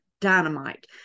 dynamite